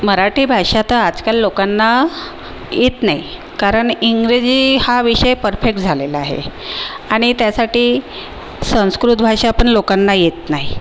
मराठी भाषा तर आजकाल लोकांना येत नाही कारण इंग्रजी हा विषय परफेक्ट झालेला आहेहे आणि त्यासाठी संस्कृत भाषा पण लोकांना येत नाही